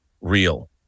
real